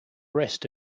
rest